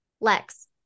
Lex